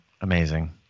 amazing